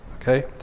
okay